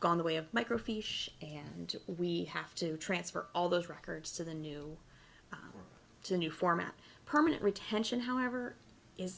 gone the way of microfiche and we have to transfer all those records to the new to new format permanent retention however is